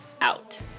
out